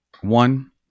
one